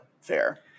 fair